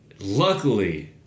luckily